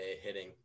hitting